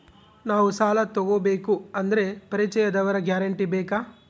ನಾವು ಸಾಲ ತೋಗಬೇಕು ಅಂದರೆ ಪರಿಚಯದವರ ಗ್ಯಾರಂಟಿ ಬೇಕಾ?